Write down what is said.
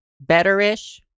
better-ish